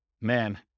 man